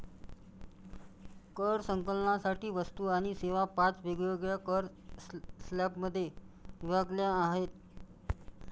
कर संकलनासाठी वस्तू आणि सेवा पाच वेगवेगळ्या कर स्लॅबमध्ये विभागल्या आहेत